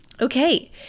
Okay